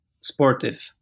sportive